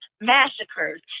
massacres